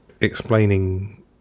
explaining